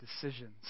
decisions